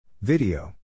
Video